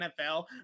NFL